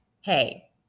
hey